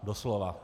Doslova.